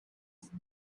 happen